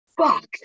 fuck